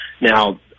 Now